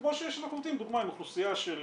כמו שאנחנו נותנים דוגמה באוכלוסייה של